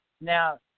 Now